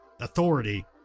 authority